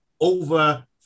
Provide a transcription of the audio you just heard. over